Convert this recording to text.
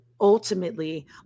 Ultimately